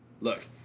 Look